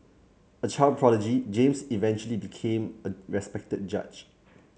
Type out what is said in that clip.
a child prodigy James eventually became a respected judge